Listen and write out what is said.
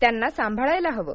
त्यांना साभाळायला हवं